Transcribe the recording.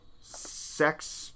sex